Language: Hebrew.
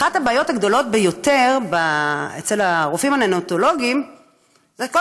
אחת הבעיות הגדולות ביותר אצל הרופאים הניאונטולוגים היא קודם